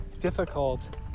difficult